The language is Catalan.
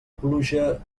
pluja